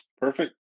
Perfect